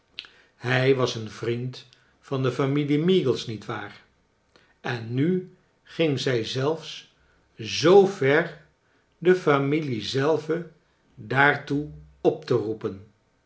hij was een vriend van de familie meagles niet waar en nu ging zij zelfs zoo ver de familie zelve daartoe op te roepen